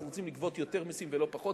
אנחנו רוצים לגבות יותר מסים ולא פחות,